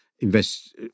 invest